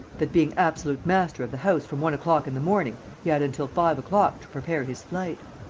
that, being absolute master of the house from one o'clock in the morning, he had until five o'clock to prepare his flight.